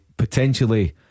Potentially